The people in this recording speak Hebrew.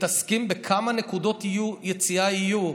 מתעסקים בכמה נקודות יציאה יהיו.